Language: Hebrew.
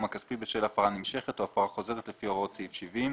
הכספי בשל הפרה נמשכת או הפרה חוזרת לפי הוראות סעיף 70,